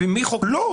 לא,